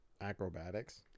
Acrobatics